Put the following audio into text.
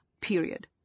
period